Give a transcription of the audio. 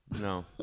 No